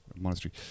Monastery